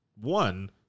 One